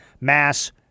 mass